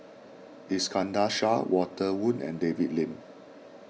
Iskandar Shah Walter Woon and David Lim